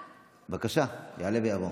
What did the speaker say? בבקשה, יעלה ויבוא.